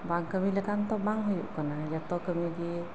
ᱵᱟᱝ ᱠᱟᱹᱢᱤ ᱞᱮᱠᱷᱟᱱ ᱛᱳ ᱵᱟᱝ ᱦᱩᱭᱩᱜ ᱠᱟᱱᱟ ᱡᱚᱛᱚ ᱠᱟᱹᱢᱤ ᱜᱮ